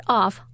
off